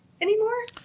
anymore